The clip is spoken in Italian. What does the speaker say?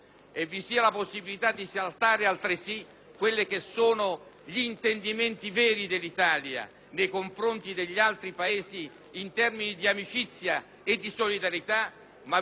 ed esaltare gli intendimenti veri dell'Italia, nei confronti degli altri Paesi, in termini di amicizia e di solidarietà, ma altresì possa reclamare un ruolo più specifico dell'Italia,